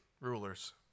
rulers